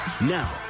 Now